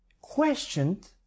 questioned